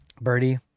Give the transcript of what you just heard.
birdie